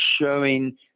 showing